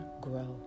grow